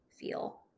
feel